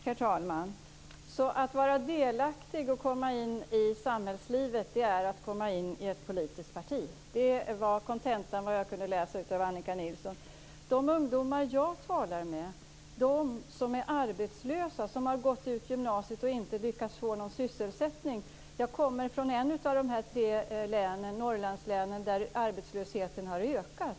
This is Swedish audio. Herr talman! Så att vara delaktig och komma in i samhällslivet det är att komma in i ett politiskt parti. Det var kontentan jag kunde utläsa av Annika Nilssons uttalande. De ungdomar jag talar med, som är arbetslösa, som har gått ut gymnasiet och inte lyckats få någon sysselsättning vill ha en bra sysselsättning. Det är frihetslappen för dem.